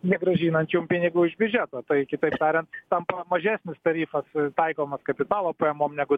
negrąžinant jau pinigų iš biudžeto tai kitaip tariant tampa mažesnis tarifas taikomas kapitalo pajamom negu